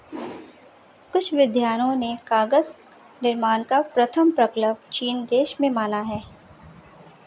कुछ विद्वानों ने कागज निर्माण का प्रथम प्रकल्प चीन देश में माना है